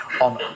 on